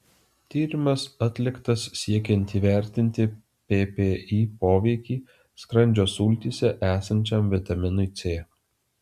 tyrimas atliktas siekiant įvertinti ppi poveikį skrandžio sultyse esančiam vitaminui c